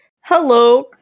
hello